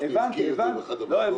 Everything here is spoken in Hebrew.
הזכיר את זה באחד הדיונים בוועדת הכספים.